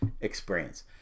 experience